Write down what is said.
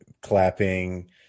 clapping